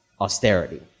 austerity